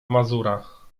mazura